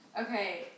Okay